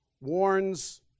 warns